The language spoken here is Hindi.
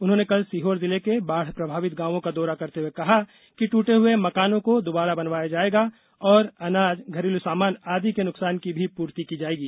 उन्होंने कल सीहोर जिले के बाढ़ प्रभावित गांवों का दौरा करते हुए कहा कि ट्रेट हुए मकानों को दुबारा बनवाया जाएगा और अनाज घरेलू सामान आदि के नुकसान की भी पूर्ती की जाएगी